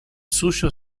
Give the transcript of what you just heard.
suyo